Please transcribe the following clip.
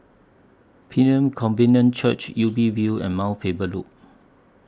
Pilgrim Covenant Church Ubi View and Mount Faber Loop